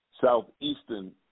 southeastern